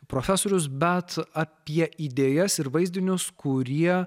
profesorius bet apie idėjas ir vaizdinius kurie